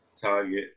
target